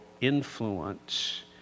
influence